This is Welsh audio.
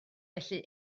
felly